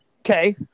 Okay